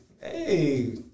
Hey